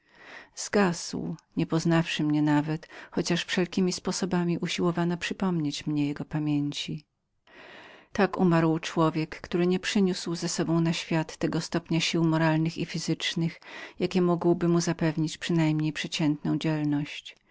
zgasł nie poznawszy mnie nawet chociaż wszelkiemi sposobami usiłowano przypomnieć mnie jego pamięci tak umarł człowiek który nie przyniósł z sobą na świat tego stopnia sił moralnych i fizycznych jaki mógł był mu